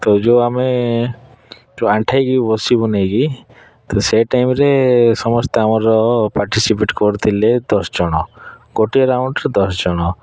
ତ ଯେଉଁ ଆମେ ଯେଉଁ ଆଣ୍ଠାଇକି ବସିବୁ ନେଇକି ସେ ଟାଇମ୍ରେ ସମସ୍ତେ ଆମର ପାର୍ଟୀସିପେଟ୍ କରୁଥିଲେ ଦଶ ଜଣ ଗୋଟିଏ ରାଉଣ୍ଡରେ ଦଶ ଜଣ